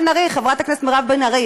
חברת הכנסת מירב בן ארי,